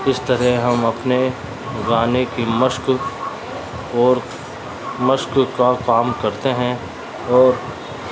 اس طرح ہم اپنے گانے کی مشق اور مشق کا کام کرتے ہیں اور